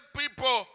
people